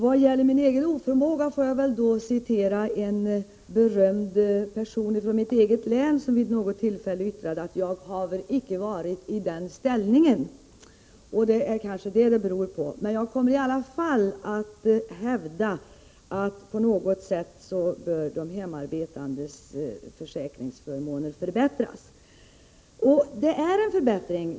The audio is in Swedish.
Beträffande min egen oförmåga får jag väl citera en berömd person från mitt eget län, som vid något tillfälle yttrade: ”Jag haver icke varit i den ställningen.” Det är kanske detta det beror på. Men jag kommer i alla fall att hävda att de hemmaarbetandes försäkringsförmåner på något sätt måste förbättras.